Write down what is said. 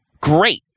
great